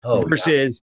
versus